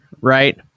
right